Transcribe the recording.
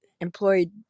employed